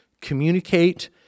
communicate